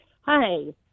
Hi